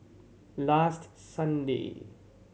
last Sunday